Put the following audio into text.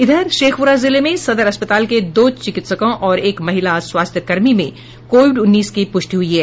इधर शेखपुरा जिले में सदर अस्पताल के दो चिकित्सकों और एक महिला स्वास्थ्य कर्मी में कोविड उन्नीस की पुष्टि हुई है